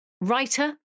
writer